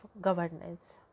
governance